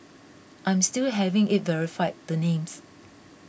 I'm still having it verified the names